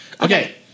Okay